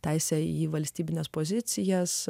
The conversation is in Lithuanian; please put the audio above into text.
teisę į valstybines pozicijas